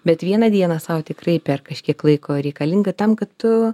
bet vieną dieną sau tikrai per kažkiek laiko reikalinga tam kad tu